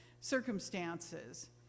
circumstances